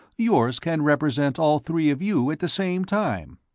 yours can represent all three of you at the same time.